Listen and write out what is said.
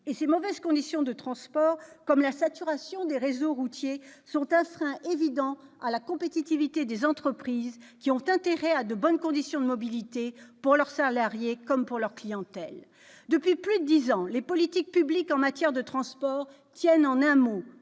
Et ces mauvaises conditions de transport, comme la saturation des réseaux routiers, sont un frein évident à la compétitivité des entreprises, qui ont intérêt à disposer de bonnes conditions de mobilité pour leurs salariés comme pour leur clientèle. Depuis plus de dix ans, les politiques publiques en matière de transport tiennent en un mot